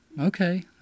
Okay